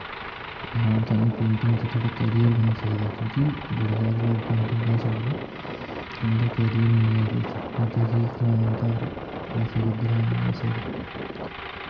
कि हां थोआनूं पेंटिंग च थुआढ़ा कैरियर बनी सकदा ऐ क्योंकि बड़े सारे लोक पेंटिंग तां गै छड्डदे कि उं'दा कैरियर नेईं ऐ अग्गैं केह् खलाना घर पैसे कुद्धरा आने एह् सब